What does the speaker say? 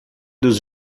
dos